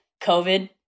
COVID